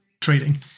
trading